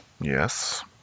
Yes